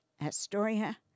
Astoria